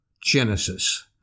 Genesis